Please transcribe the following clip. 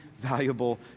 valuable